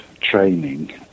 training